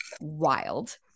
wild